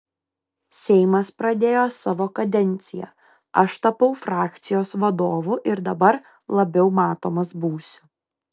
seimas pradėjo savo kadenciją aš tapau frakcijos vadovu ir dabar labiau matomas būsiu